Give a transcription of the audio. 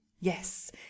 Yes